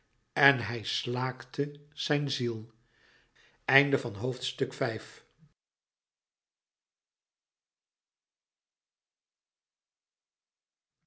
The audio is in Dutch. en hij slaakte zijn ziel in